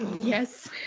Yes